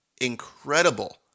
incredible